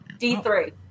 D3